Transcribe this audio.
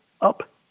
up